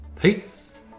peace